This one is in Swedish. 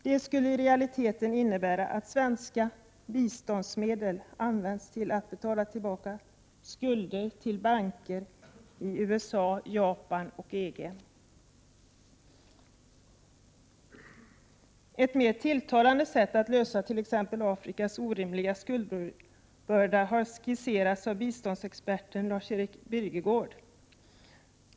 Det skulle i realiteten innebära att svenska biståndsmedel används till att betala tillbaka skulder till banker i USA, Japan och EG-länderna. Ett mer tilltalande sätt att lösa t.ex. Afrikas orimliga skuldbörda har skisserats av biståndsexperten Lars-Erik Birgegård.